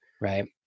Right